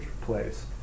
place